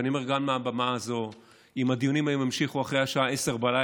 ואני אומר גם מעל הבמה הזאת: אם הדיונים היום יימשכו אחרי השעה 22:00,